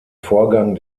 vorgang